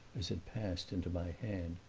as it passed into my hand.